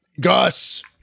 Gus